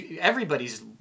Everybody's